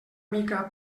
mica